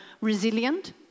resilient